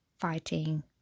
fighting